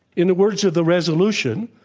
in the words of the resolution,